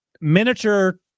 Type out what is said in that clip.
miniature